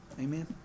Amen